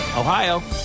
Ohio